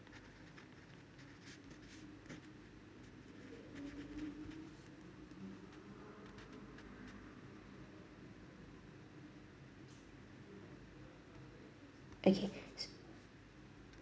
okay